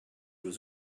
was